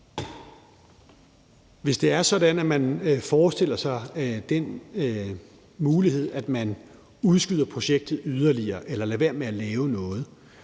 Hvis man forestiller sig den mulighed, at man udskyder projektet yderligere eller lader være med at lave noget,